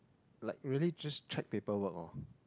like really just track paperwork orh